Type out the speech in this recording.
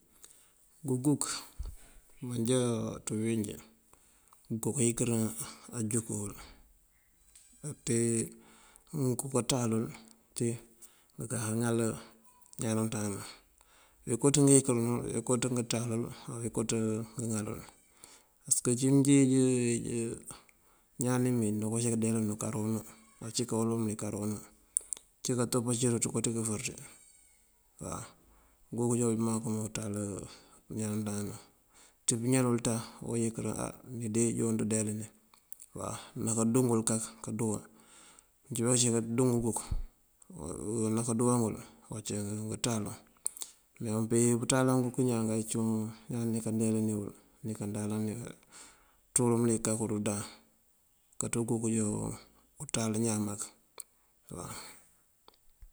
Ngëguk, má ajá ţí bëwínjí ngonka yinkëri ajúg wël. Átee ngonko kanţáalël tee ngënka ŋal iñaan ná mënţëndananun: ngënko ţí ngëyënkarël, ngënko ţí ngëënţáalul, ngënko ţí ngëŋalul. Pasëk uncí mëënjeej iñaan ní mee noka cí kadeelanu karo unú, ací káawëlin mëlik karo unú, ací kantopancíru ţënko ţí këfër ţí waw. Uguk mëwín mbá umaŋoţáal iñaan ná mënţëndánanun. Ţí pëñal ţañ okoo yinkërin á nide joon nëëndeelin nankáandú ngël kak káandú wul. Mëëncíba cí káandú nguguk nankáanduwa ngël ocí ngëënţáalu. Ñangi pëënţáalan ngëguk iñaan uncí iñaan nikáandeelin ngul nikandáanani ngul ţúur mëlik kak undáan kak uguk joo unţáal iñaan mak waw.